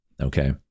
okay